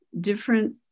different